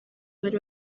bari